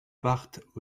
partent